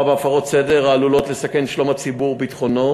בהפרות סדר העלולות לסכן את שלום הציבור וביטחונו,